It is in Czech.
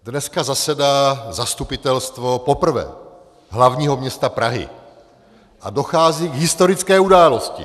Dneska zasedá Zastupitelstvo, poprvé, hlavního města Prahy a dochází k historické události!